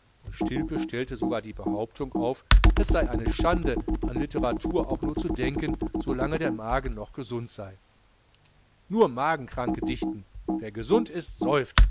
und stilpe stellte sogar die behauptung auf es sei eine schande an litteratur auch nur zu denken so lange der magen noch gesund sei nur magenkranke dichten wer gesund ist säuft